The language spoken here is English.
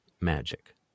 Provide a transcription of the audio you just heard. magic